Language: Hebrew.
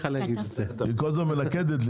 סגן שרת התחבורה והבטיחות בדרכים אורי מקלב: זה לא רק זה,